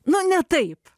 nu ne taip